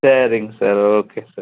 சரிங்க sir okay sir